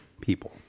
people